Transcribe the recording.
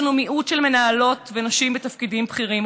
יש לנו מיעוט של מנהלות ונשים בתפקידים בכירים.